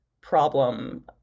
problem